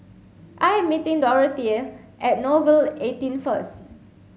I am meeting Dorathea at Nouvel eighteen first